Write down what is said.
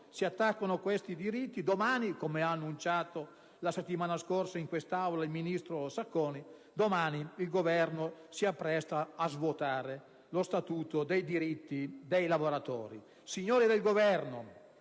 si attaccano questi diritti, domani, come ha annunciato la settimana scorsa in questa Aula il ministro Sacconi, il Governo si appresta a svuotare lo Statuto dei diritti dei lavoratori. Signori del Governo,